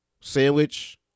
Sandwich